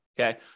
Okay